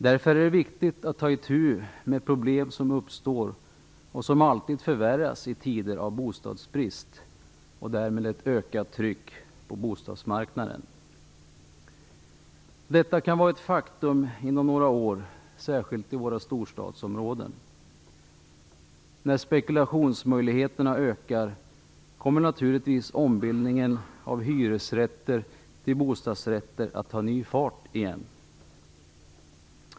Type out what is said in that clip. Därför är det viktigt att ta itu med problem som uppstår och som alltid förvärras i tider av bostadsbrist och därmed ett ökat tryck på bostadsmarknaden. Detta kan vara ett faktum inom några år, särskilt i våra storstadsområden. När spekulationsmöjligheterna ökar kommer naturligtvis ombildningen av hyresrätter till bostadsrätter att ta ny fart igen.